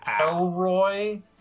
Elroy